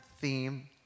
theme